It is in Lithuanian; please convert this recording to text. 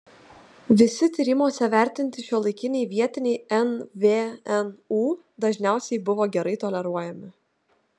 visi tyrimuose vertinti šiuolaikiniai vietiniai nvnu dažniausiai buvo gerai toleruojami